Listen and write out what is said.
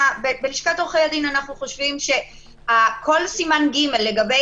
בלשכת עורכי הדין אנחנו חושבים שכל סימן ג' לגבי